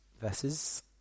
versus